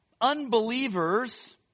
unbelievers